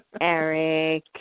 Eric